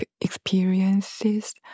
experiences